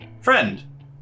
Friend